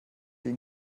ihn